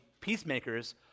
peacemakers